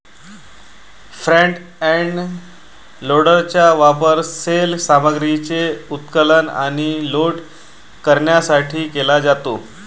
front end लोडरचा वापर सैल सामग्रीचे उत्खनन आणि लोड करण्यासाठी केला जातो